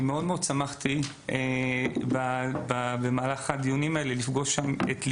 מאוד מאוד שמחתי במהלך הדיונים האלה לפגוש שם את ליאורה,